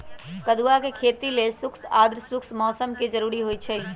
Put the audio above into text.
कदुआ के खेती लेल शुष्क आद्रशुष्क मौसम कें जरूरी होइ छै